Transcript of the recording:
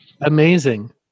amazing